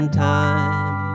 time